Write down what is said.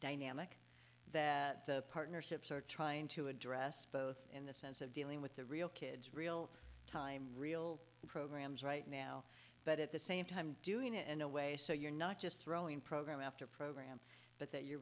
dynamic that the partnerships are trying to address both in the sense of dealing with the real kids real time real programs right now but at the same time doing it in a way so you're not just throwing program after program but that you